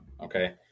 okay